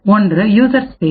ஒன்று user space